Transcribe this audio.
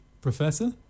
Professor